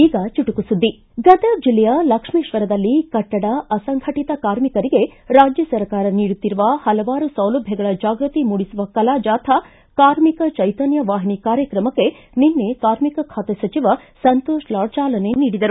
ಈಗ ಚುಟುಕು ಸುದ್ದಿ ಗದಗ್ ಜಿಲ್ಲೆಯ ಲಕ್ಷ್ಮೇಶ್ವರದಲ್ಲಿ ಕಟ್ಟಡ ಅಸಂಘಟತ ಕಾರ್ಮಿಕರಿಗೆ ರಾಜ್ಯ ಸರ್ಕಾರ ನೀಡುತ್ತಿರುವ ಪಲವಾರು ಸೌಲಭ್ಯಗಳ ಜಾಗೃತಿ ಮೂಡಿಸುವ ಕಲಾಜಾಥಾ ಕಾರ್ಮಿಕ ಜೈಶನ್ಯ ವಾಹಿನಿ ಕಾರ್ಯಕ್ರಮಕ್ಕೆ ನಿನ್ನೆ ಕಾರ್ಮಿಕ ಖಾತೆ ಸಚಿವ ಸಂತೋಷ ಲಾಡ್ ಚಾಲನೆ ನೀಡಿದರು